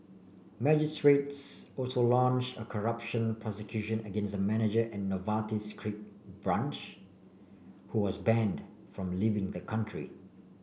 magistrates also launch a corruption prosecution against a manager at Novartis's Greek branch who was banned from leaving the country